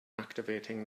activating